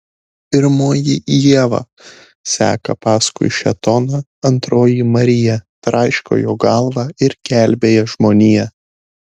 pirmoji ieva seka paskui šėtoną antroji marija traiško jo galvą ir gelbėja žmoniją